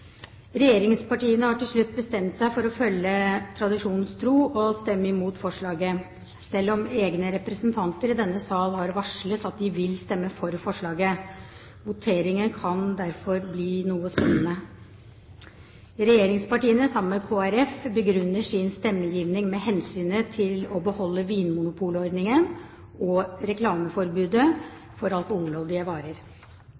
Regjeringspartiene har til slutt bestemt seg for, tradisjonen tro, å stemme imot forslaget, selv om noen av deres egne representanter i denne sal har varslet at de vil stemme for forslaget. Voteringen kan derfor bli noe spennende. Regjeringspartiene, sammen med Kristelig Folkeparti, begrunner sin stemmegivning med hensynet til å beholde vinmonopolordningen og